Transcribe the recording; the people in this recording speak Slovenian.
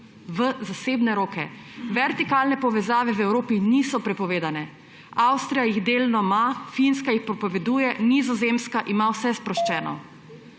V zasebne roke. Vertikalne povezave v Evropi niso prepovedane. Avstrija jih delno ima, Finska jih prepoveduje, Nizozemska ima vse sproščeno.